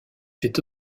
fait